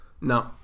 No